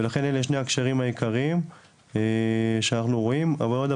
ולכן אלה שני הקשרים העיקריים שאנחנו רואים הרבה מאוד.